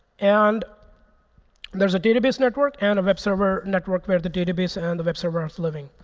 and there's a database network and a web server network where the database and the web server are living.